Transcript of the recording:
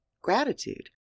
gratitude